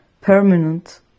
permanent